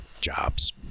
Jobs